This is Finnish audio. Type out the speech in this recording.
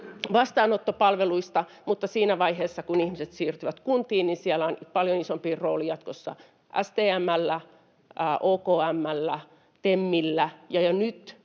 vastaanottopalveluista, mutta siinä vaiheessa, kun ihmiset siirtyvät kuntiin, niin siellä on paljon isompi rooli jatkossa STM:llä, OKM:llä, TEMillä, ja jo nyt